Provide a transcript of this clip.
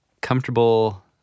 comfortable